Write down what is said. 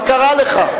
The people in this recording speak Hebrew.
מה קרה לך?